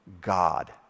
God